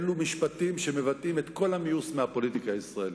אלו משפטים שמבטאים את כל המיאוס מהפוליטיקה הישראלית.